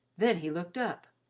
then he looked up.